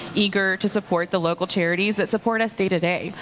eager to support the local charities that support us day to day.